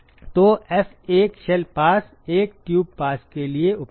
तो F एक shell pass एक ट्यूब पास के लिए उपलब्ध है